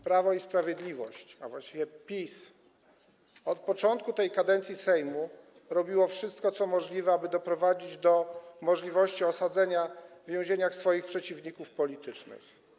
Prawo i Sprawiedliwość, a właściwie PiS, od początku tej kadencji Sejmu robiło wszystko, co możliwe, aby doprowadzić do możliwości osadzenia w więzieniach swoich przeciwników politycznych.